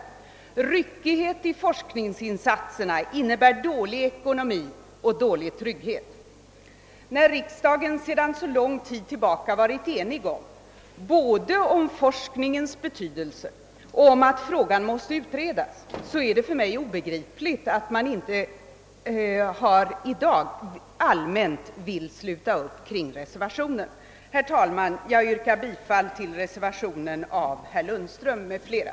Ryckighet i forskningsinsatserna innebär dålig ekonomi och dålig trygghet. När riksdagen sedan lång tid tillbaka varit enig både om forskningens betydelse och om att frågan måste utredas, är det för mig obegripligt, att man inte i dag allmänt vill sluta upp kring reservationen. Herr talman! Jag ber att få yrka bifall till reservationen av herr Lundström m.fl.